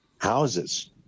houses